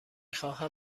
خواهم